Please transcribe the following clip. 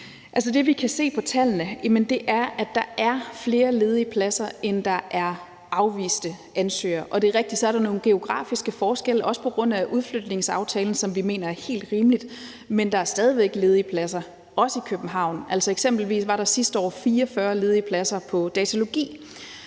Det, vi kan se på tallene, er, at der er flere ledige pladser, end der er afviste ansøgere. Det er rigtigt, at der så er nogle geografiske forskelle – også på grund af udflytningsaftalen, som vi mener er helt rimelig – men der er stadig væk ledige pladser, også i København. Eksempelvis var der sidste år 44 ledige pladser på datalogi.